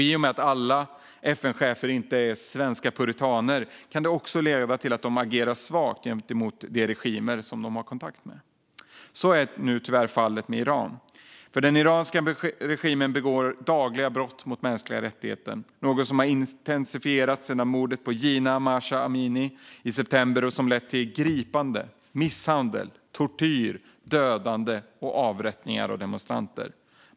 I och med att alla FN-chefer inte är svenska puritaner kan det leda till att de agerar svagt gentemot de regimer de har kontakt med. Så är nu tyvärr fallet med Iran. Den iranska regimen begår dagligen brott mot mänskliga rättigheter, något som har intensifierats sedan mordet på Jina Mahsa Amini i september och som har lett till gripanden, misshandel, tortyr, dödande och avrättningar av demonstranter.